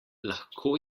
lahko